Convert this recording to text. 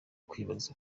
kwibaza